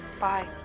Bye